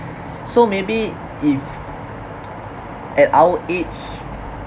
so maybe if at our age